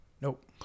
nope